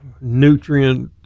nutrient